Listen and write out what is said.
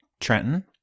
Trenton